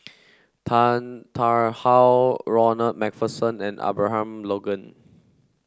Tan Tarn How Ronald MacPherson and Abraham Logan